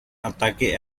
ataque